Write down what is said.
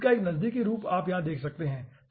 इसका एक नज़दीकी रूप आप यहाँ देख सकते हैं ठीक है